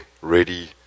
ready